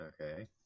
Okay